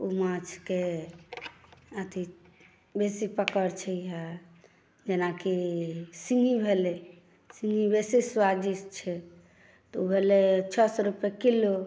ओ माछके अथी बेसी पकड़ छैए इधर जेनाकि सिङ्गही भेलै सिङ्गही बेसी स्वादिष्ट छै तऽ ओ भेलै छओ सौ रुपैए किलो